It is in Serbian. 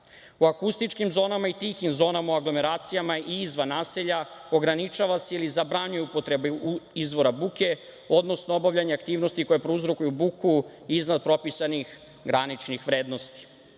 akustičnim zonama i tihim zonama u anglomeracijama i izvan naselja ograničava se ili zabranjuje upotreba izvora buke, odnosno obavljanje aktivnosti koje prouzrokuju buku iznad propisanih graničnih vrednosti.Za